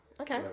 okay